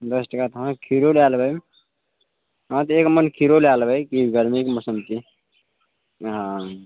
दश टका तऽ हँ खीरो लए लेबै हँ तऽ एक मन खीरो लए लेबै कि गर्मीके मौसम छै हँ